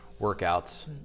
workouts